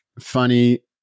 funny